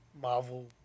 Marvel